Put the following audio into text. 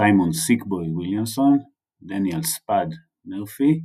סיימון "סיק בוי" ויליאמסון, דניאל "ספאד" מרפי,